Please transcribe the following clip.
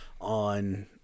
...on